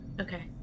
Okay